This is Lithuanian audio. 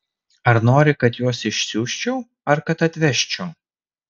ar nori kad juos išsiųsčiau ar kad atvežčiau